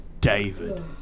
David